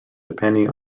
depending